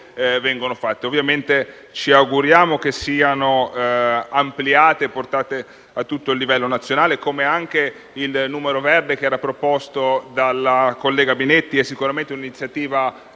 Ovviamente ci auguriamo che siano ampliate e portate a livello nazionale, come anche il numero verde proposto dalla collega senatrice Binetti, sicuramente un'iniziativa